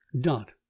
dot